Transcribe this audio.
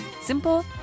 Simple